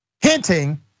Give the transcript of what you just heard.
hinting